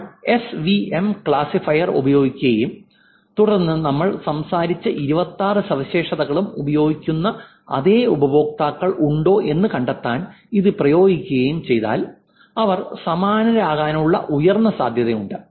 നമ്മൾ SVM classifier ഉപയോഗിക്കുകയും തുടർന്ന് നമ്മൾ സംസാരിച്ച 26 സവിശേഷതകളും ഉപയോഗിക്കുന്ന അതേ ഉപയോക്താക്കൾ ഉണ്ടോ എന്ന് കണ്ടെത്താൻ ഇത് പ്രയോഗിക്കുകയും ചെയ്താൽ അവർ സമാനരാകാനുള്ള ഉയർന്ന സാധ്യതയുണ്ട്